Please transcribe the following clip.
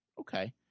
Okay